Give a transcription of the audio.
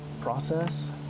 process